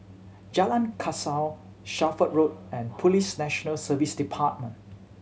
Jalan Kasau Shelford Road and Police National Service Department